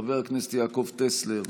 חבר הכנסת יעקב טסלר,